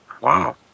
Wow